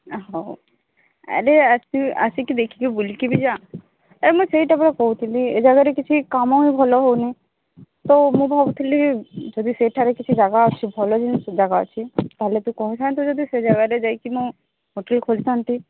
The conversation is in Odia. ହଉ ଆରେ ଆ ଆସିକି ଦେଖିକି ବୁଲିକି ବି ଯା ଆରେ ମୁଁ ସେଇଟା ପରା କହୁଥିଲି ଏ ଜାଗାରେ କିଛି କାମ ହିଁ ଭଲ ହେଉନି ତ ମୁଁ ଭାବୁଥିଲି ଯଦି ସେଠାରେ କିଛି ଜାଗା ଅଛି ଭଲ ଜିନିଷ ଜାଗା ଅଛି ତାହେଲେ ତୁ କହିହୁନ୍ତୁ ଯଦି ସେ ଜାଗାରେ ଯାଇକି ମୁଁ ହୋଟେଲ ଖୋଲିଥାନ୍ତି